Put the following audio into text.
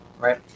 right